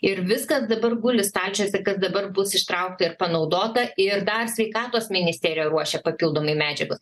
ir viskas dabar guli stačiuose kas dabar bus ištraukta ir panaudota ir dar sveikatos ministerija ruošia papildomai medžiagos